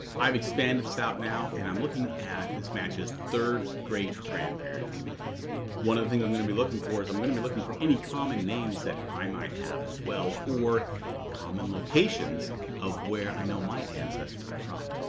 i've expanded this out now and i'm looking at this matches third great-grandparents one of the things i'm gonna be looking for is i'm gonna be looking for any common names that i might have as well or common locations of where i know my ancestors are from.